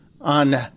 on